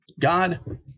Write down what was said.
God